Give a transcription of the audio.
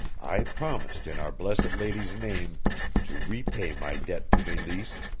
i promised in our blessed lady's name to repay my debt to meleese,